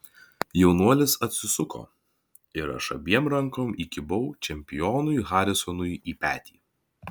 jaunuolis atsisuko ir aš abiem rankom įkibau čempionui harisonui į petį